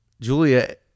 Julia